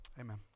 amen